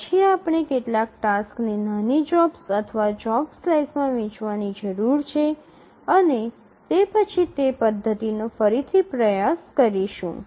પછી આપણે કેટલાક ટાસક્સ ને નાની જોબ્સ અથવા જોબ સ્લાઇસ માં વહેંચવાની જરૂર છે અને તે પછી તે પદ્ધતિનો ફરીથી પ્રયાસ કરીશું